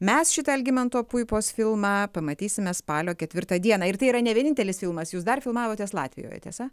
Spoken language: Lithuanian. mes šitą algimanto puipos filmą pamatysime spalio ketvirtą dieną ir tai yra ne vienintelis filmas jūs dar filmavotės latvijoj tiesa